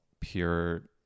pure